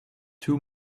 two